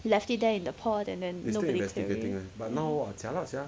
left it there in the port and then nobody